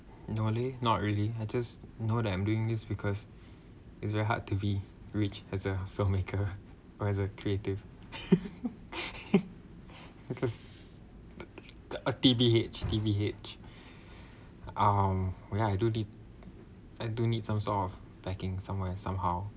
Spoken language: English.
no leh really I just know that I'm doing this because it's very hard to be rich as a filmmaker or as a creative because a T_B_H T_B_H um oh ya I do this and do need some sort of backing somewhere somehow